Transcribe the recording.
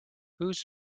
whose